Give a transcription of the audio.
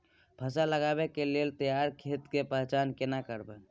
फसल लगबै के लेल तैयार खेत के पहचान केना करबै?